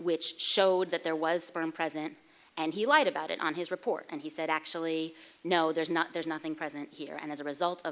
which showed that there was one present and he lied about it on his report and he said actually no there's not there's nothing present here and as a result of